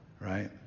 right